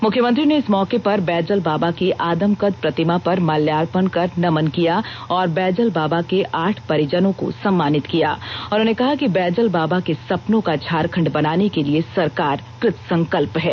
मुख्यमंत्री ने इस मौके पर बैजल बाबा की आदमकद प्रतिमा पर माल्यार्पण कर नमन किया और बैजल बाबा के आठ परिजनों को सम्मानित किया उन्होंने कहा कि बैजल बाबा के सपनों का झारखंड बनाने के लिए सरकार कृत संकल्प है